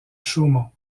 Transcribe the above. chaumont